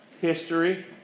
history